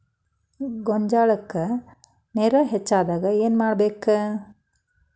ಗೊಂಜಾಳಕ್ಕ ನೇರ ಹೆಚ್ಚಾದಾಗ ಏನ್ ಮಾಡಬೇಕ್?